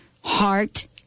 Heart